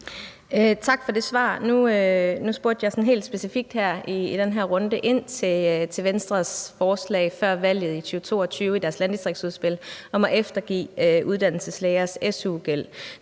Tak for det svar. Nu spurgte jeg sådan helt specifikt i den her runde ind til Venstres forslag før valget, i 2022, i deres landdistriktsudspil om at eftergive uddannelseslægers su-gæld.